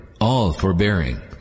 all-forbearing